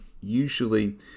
usually